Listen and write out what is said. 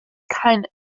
keine